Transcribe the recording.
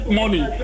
money